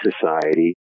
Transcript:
society